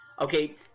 Okay